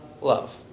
love